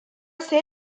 ser